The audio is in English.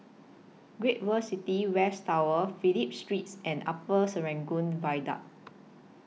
Great World City West Tower Phillip Streets and Upper Serangoon Viaduct